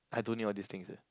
I don't need all these things eh